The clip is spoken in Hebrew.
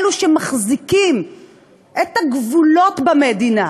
אלה שמחזיקים את גבולות המדינה,